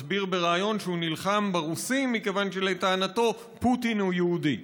מסביר בריאיון שהוא נלחם ברוסים מכיוון שלטענתו פוטין הוא יהודי.